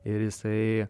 ir jisai